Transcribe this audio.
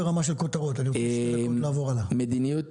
מדיניות